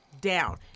down